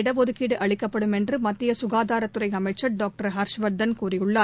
இடஒதுக்கீடுஅளிக்கப்படும் சிறப்பு என்றுமத்தியசுகாதாரத்துறைஅமைச்சர் டாக்டர் ஹர்ஷவர்தன் கூறியுள்ளார்